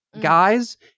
guys